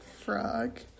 frog